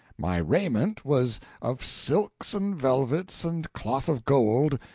my raiment was of silks and velvets and cloth of gold,